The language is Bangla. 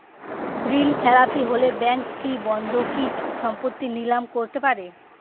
ঋণখেলাপি হলে ব্যাঙ্ক কি বন্ধকি সম্পত্তি নিলাম করতে পারে?